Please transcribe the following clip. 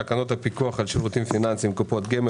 תקנות הפיקוח על שירותים פיננסיים (קופות גמל)